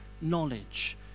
knowledge